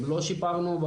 לא שיפרנו.